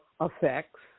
effects